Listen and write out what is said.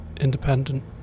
independent